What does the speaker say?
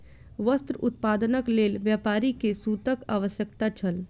वस्त्र उत्पादनक लेल व्यापारी के सूतक आवश्यकता छल